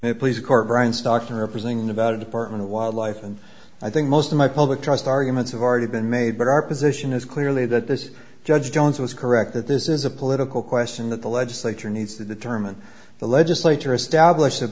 brian stockton representing nevada department of wildlife and i think most of my public trust arguments have already been made but our position is clearly that this judge jones was correct that this is a political question that the legislature needs to determine the legislature established a